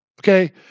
Okay